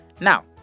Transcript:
now